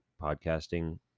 podcasting